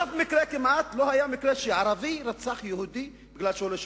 באף מקרה כמעט לא קרה שערבי רצח יהודי בגלל שהוא לא שפוי.